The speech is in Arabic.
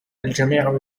الجميع